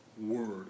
word